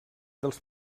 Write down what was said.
dels